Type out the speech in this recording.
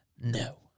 No